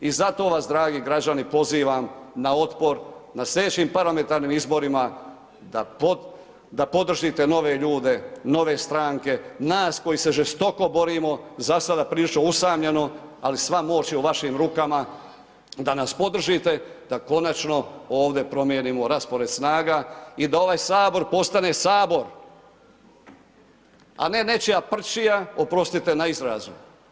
I zato vas dragi građani pozivam na otpor na slijedećim parlamentarnim izborima da podržite nove ljude, nove stranke, nas koji se žestoko borimo, za sada prilično usamljeno, ali sva moć je u vašim rukama da nas podržite da konačno ovdje promijenimo raspored snaga i da ovaj sabor postane sabor, a ne nečija prčija, oprostite na izrazu.